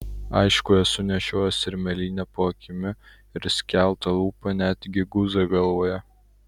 aišku esu nešiojęs ir mėlynę po akimi ir skeltą lūpą net gi guzą galvoje